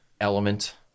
element